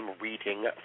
reading